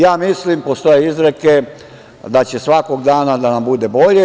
Ja mislim, postoje izreke, da će svakog dana da nam bude bolje.